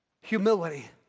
Humility